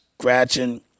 scratching